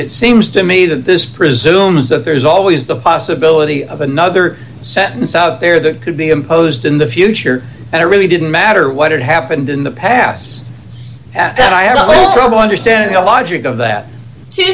it seems to me that this presumes that there's always the possibility of another sentence out there that could be imposed in the future and it really didn't matter what had happened in the past that i had only trouble understanding the logic of that two